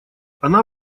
она